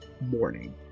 morning